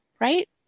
right